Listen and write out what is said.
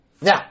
Now